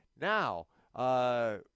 Now